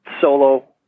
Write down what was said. solo